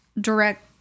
direct